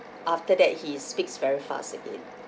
after that he speaks very fast again